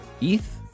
ETH